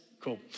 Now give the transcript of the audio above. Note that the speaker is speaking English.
Cool